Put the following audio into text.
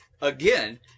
again